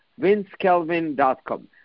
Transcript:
VinceKelvin.com